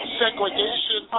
segregation